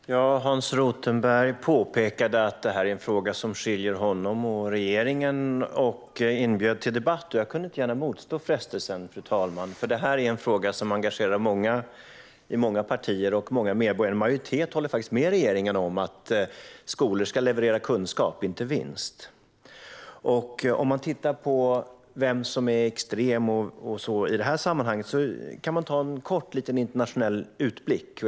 Fru talman! Hans Rothenberg påpekade att det här är en fråga som skiljer honom och regeringen. Han inbjöd till debatt, och jag kunde inte motstå frestelsen. Det här är en fråga som engagerar många i många partier och många medborgare. En majoritet håller faktiskt med regeringen om att skolor ska leverera kunskap och inte vinst. Om man tittar på vem som är extrem i det här sammanhanget kan man göra en kort internationell utblick.